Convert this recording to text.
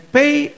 pay